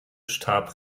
starb